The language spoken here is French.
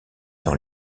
dans